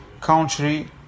country